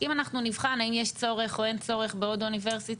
אם אנחנו נבחן האם יש צורך או אין צורך בעוד אוניברסיטה,